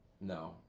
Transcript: No